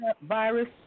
virus